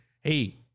Hey